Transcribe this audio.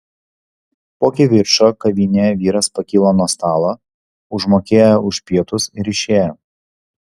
po kivirčo kavinėje vyras pakilo nuo stalo užmokėjo už pietus ir išėjo